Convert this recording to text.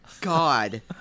God